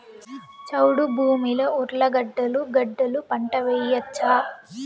చౌడు భూమిలో ఉర్లగడ్డలు గడ్డలు పంట వేయచ్చా?